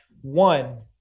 one